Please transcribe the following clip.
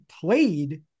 played